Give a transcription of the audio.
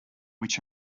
which